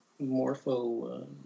Morpho